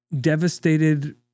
devastated